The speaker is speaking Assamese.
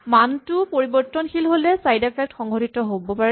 মানটো পৰিবৰ্তনশীল হ'লে চাইড এফেক্ট সংঘটিত হ'ব পাৰে